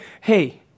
hey